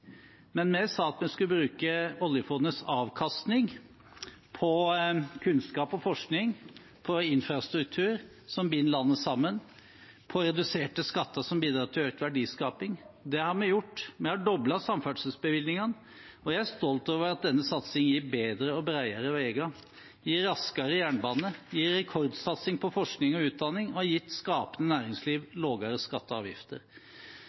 Men vi sa at vi skulle bruke oljefondets avkastning på kunnskap og forskning, på infrastruktur som binder landet sammen, og på reduserte skatter som bidrar til økt verdiskaping. Det har vi gjort. Vi har doblet samferdselsbevilgningene, og jeg er stolt over at denne satsingen gir bedre og bredere veier. Det gir raskere jernbane, det gir rekordsatsing på forskning og utdanning, og det har gitt skapende næringsliv lavere skatter og avgifter.